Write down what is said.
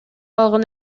алган